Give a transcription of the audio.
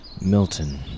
Milton